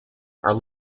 are